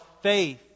faith